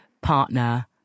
partner